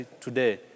today